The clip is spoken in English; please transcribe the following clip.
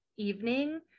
Evening